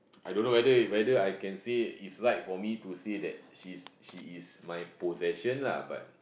I don't know whether whether I can say it's right for me to say that she she is my possession lah but